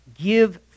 Give